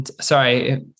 Sorry